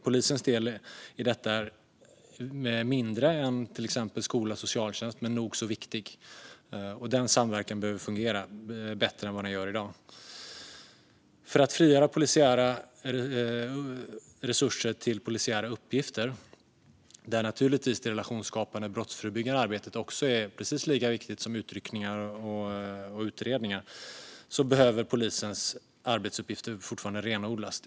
Polisens del i detta är mindre än till exempel skolans och socialtjänstens men nog så viktig, och den samverkan behöver fungera bättre än den gör i dag. För att frigöra polisiära resurser till polisiära uppgifter, där det relationsskapande brottsförebyggande arbetet är precis lika viktigt som utryckningar och utredningar, behöver polisens arbetsuppgifter fortfarande renodlas.